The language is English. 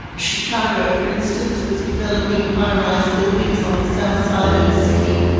chicago for instance was developing high-rise buildings on the south side of the city.